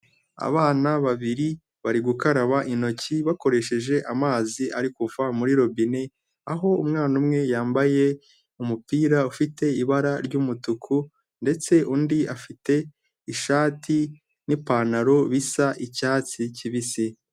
Abana babiri, bari gukaraba intoki, bakoresheje amazi ari kuva muri robine, aho umwana umwe yambaye umupira ufite ibara ry'umutuku, ndetse undi afite ishati n'ipantaro, bisa icyatsi kibisi.